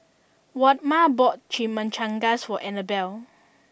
Waldemar bought Chimichangas for Annabell